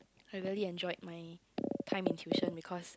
I really enjoyed my time in tuition because